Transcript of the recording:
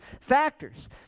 factors